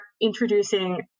introducing